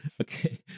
Okay